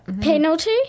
Penalty